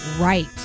right